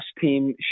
team